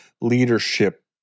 leadership